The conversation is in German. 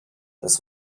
das